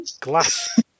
glass